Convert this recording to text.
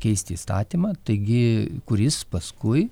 keisti įstatymą taigi kuris paskui